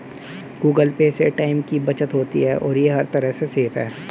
Google Pay से time की बचत होती है और ये हर तरह से सेफ है